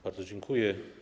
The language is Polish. Bardzo dziękuję.